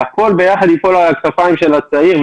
והכול ביחד ייפול על כתפי הצעיר.